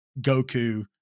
Goku